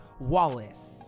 wallace